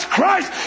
Christ